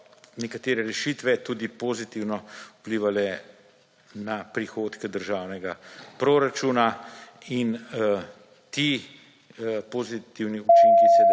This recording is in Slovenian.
nekatere rešitve tudi pozitivno vplivale na prihodke državnega proračuna. In ti pozitivni učinki…